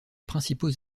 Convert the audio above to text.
principaux